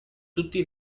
tutti